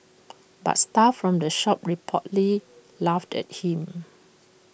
but staff from the shop reportedly laughed at him